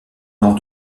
nord